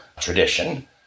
tradition